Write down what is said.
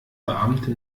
beamte